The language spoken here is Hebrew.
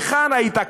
היכן היית,